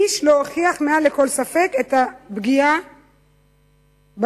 איש לא הוכיח מעל לכל ספק את הפגיעה הבריאותית.